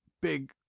big